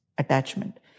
Attachment